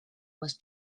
was